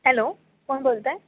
hello कोण बोलत आहे